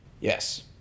Yes